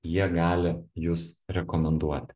jie gali jus rekomenduoti